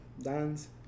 dance